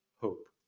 hope